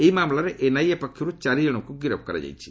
ଏହି ମାମଲାରେ ଏନ୍ଆଇଏ ପକ୍ଷରୁ ଚାରିଜଣଙ୍କୁ ଗିରଫ କରାଯାଇଛି